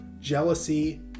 jealousy